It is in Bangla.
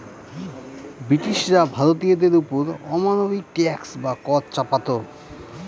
ব্রিটিশরা ভারতীয়দের ওপর অমানবিক ট্যাক্স বা কর চাপাতো